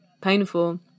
painful